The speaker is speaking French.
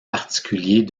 particuliers